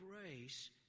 grace